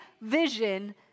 vision